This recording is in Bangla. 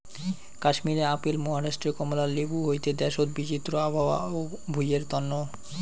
কাশ্মীরে আপেল, মহারাষ্ট্রে কমলা লেবু হই দ্যাশোত বিচিত্র আবহাওয়া ও ভুঁইয়ের তন্ন